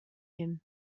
him